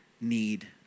need